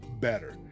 better